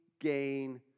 gain